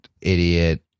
idiot